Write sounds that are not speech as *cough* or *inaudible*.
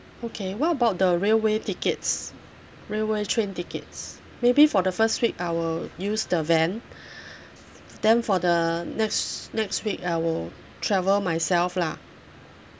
okay what about the railway tickets railway train tickets maybe for the first week I will use the van *breath* then for the next next week I will travel myself lah